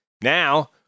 Now